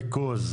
הבעיה היא ניקוז.